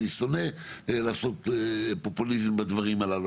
אני שונא לעשות פופוליזם בדברים הללו.